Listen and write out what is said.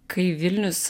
kai vilnius